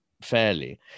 fairly